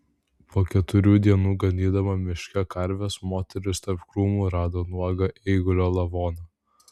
po keturių dienų ganydama miške karves moteris tarp krūmų rado nuogą eigulio lavoną